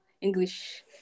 English